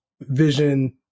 vision